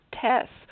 tests